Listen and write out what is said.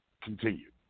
continue